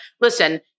listen